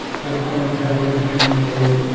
have a plan and how you're gonna communicate.